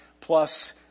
plus